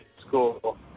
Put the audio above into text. school